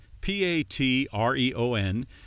P-A-T-R-E-O-N